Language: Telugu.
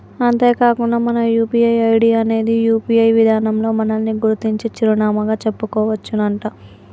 అంతేకాకుండా మన యూ.పీ.ఐ ఐడి అనేది యూ.పీ.ఐ విధానంలో మనల్ని గుర్తించే చిరునామాగా చెప్పుకోవచ్చునంట